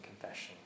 confession